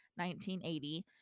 1980